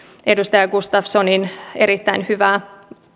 edustaja gustafssonin erittäin hyvää